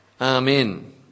Amen